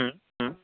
ᱦᱩᱸ ᱦᱩᱸ